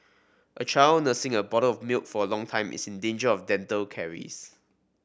a child nursing a bottle of milk for a long time is in danger of dental caries